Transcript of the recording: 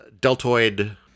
deltoid